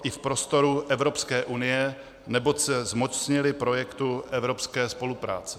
I v prostoru Evropské unie, neboť se zmocnili projektu evropské spolupráce.